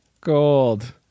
gold